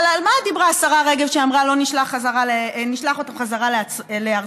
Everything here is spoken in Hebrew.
אבל על מה דיברה השרה רגב כשאמרה: נשלח אותם חזרה לארצם?